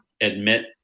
admit